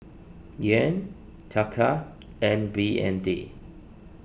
Yen Taka and B N D